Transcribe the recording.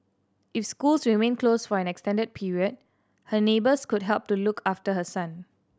if schools remain close for an extended period her neighbours could help to look after her son